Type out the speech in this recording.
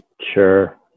Sure